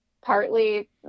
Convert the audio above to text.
Partly